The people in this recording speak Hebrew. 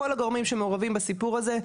כל הגורמים שמעורבים בסיפור הזה,